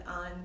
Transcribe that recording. on